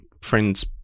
friends